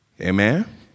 Amen